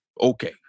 Okay